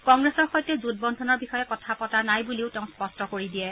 কংগ্ৰেছৰ সৈতে জেঁটবন্ধনৰ বিষয়ে কথা পতাই নাই বুলিও তেওঁ স্পষ্ট কৰি দিয়ে